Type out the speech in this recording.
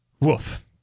Woof